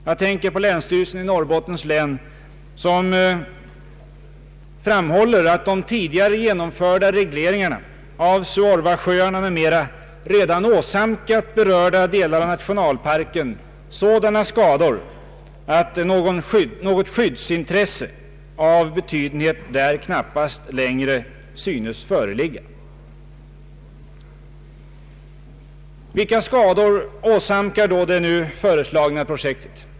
Jag tänker på länsstyrelsen i Norrbottens län, som framhåller att ”de tidigare genomförda regleringarna av Suorvasjöarna m.m. redan åsamkat berörda delar av nationalparken sådana skador att något skyddsintresse av betydenhet där knappast längre synes föreligga”. Vilka skador åsamkar då det nu föreslagna projektet?